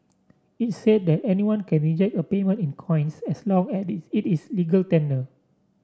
it said that anyone can reject a payment in coins as long as it is legal tender